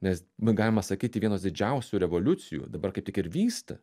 nes nu galima sakyti vienos didžiausių revoliucijų dabar kaip tik ir vyksta